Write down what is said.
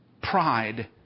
pride